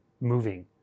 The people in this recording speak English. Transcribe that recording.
moving